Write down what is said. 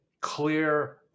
clear